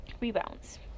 rebounds